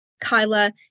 Kyla